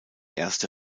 erste